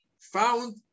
found